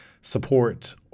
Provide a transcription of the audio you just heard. support